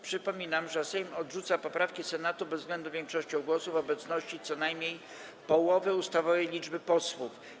Przypominam, że Sejm odrzuca poprawki Senatu bezwzględną większością głosów w obecności co najmniej połowy ustawowej liczby posłów.